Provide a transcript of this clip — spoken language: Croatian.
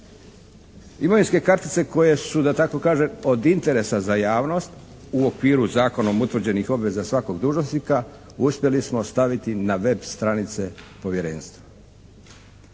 Imovinske kartice koje su da tako kažem od interesa za javnost u okviru zakonom utvrđenih obveza svakog dužnosnika uspjeli smo staviti na web stranice Povjerenstva.